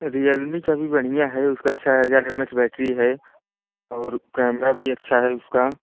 Realme का भी बढ़िया है उसका छह हज़ार एम एच बैटरी है और कैमरा भी अच्छा है उसका